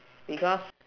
because